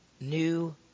new